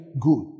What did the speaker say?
good